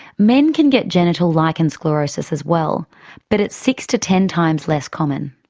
men can get genital lichen sclerosus as well but it's six to ten times less common.